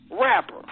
rapper